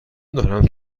دارم